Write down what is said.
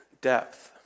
depth